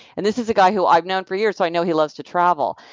and this is a guy who i've known for years, so i know he loves to travel.